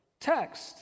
text